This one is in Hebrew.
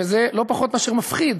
וזה לא פחות מאשר מפחיד,